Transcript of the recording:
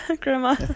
Grandma